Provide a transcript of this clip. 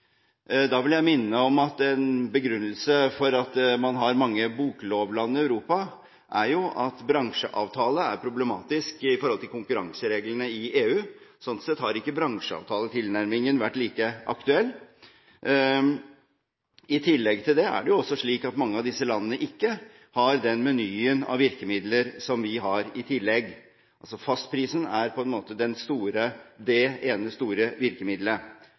Da vil jeg minne om at en begrunnelse for at man har mange boklovland i Europa, er at det å ha en bransjeavtale er problematisk med tanke på konkurransereglene i EU. Sånn sett har ikke bransjeavtaletilnærmingen vært like aktuell. I tillegg er det også slik at mange av disse landene ikke har den menyen av virkemidler som vi har. Fastprisen er på en måte det ene store virkemiddelet